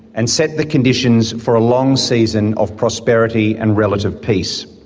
and set the conditions for a long season of prosperity and relative peace.